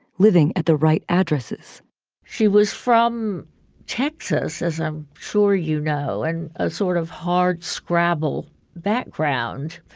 living at the right addresses she was from texas, as i'm sure you know, and a sort of hard scrabble background,